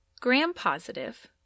gram-positive